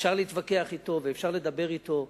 אפשר להתווכח אתו, ואפשר לדבר אתו,